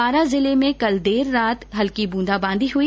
बारां जिले में कर देर रात हल्की बुंदा बांदी हई